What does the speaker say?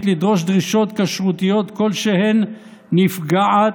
לדרוש דרישות כשרותיות כלשהן נפגעת,